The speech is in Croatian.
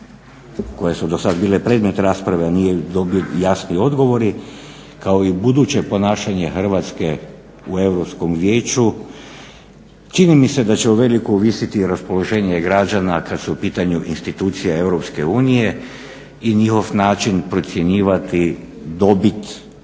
koje su dosad bile predmet rasprave, a nisu dobiveni jasni odgovori, kao i u buduće ponašanje Hrvatske u Europskom vijeću čini mi se da će uvelike ovisiti i raspoloženje građana kad su u pitanju institucije EU i njihov način procjenjivati dobit od